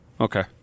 Okay